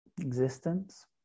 existence